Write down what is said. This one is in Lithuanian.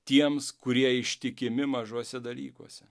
tiems kurie ištikimi mažuose dalykuose